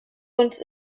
uns